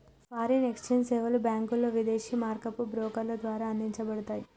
foreign exchange సేవలు బ్యాంకులు, విదేశీ మారకపు బ్రోకర్ల ద్వారా అందించబడతయ్